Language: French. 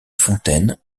fontaine